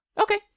Okay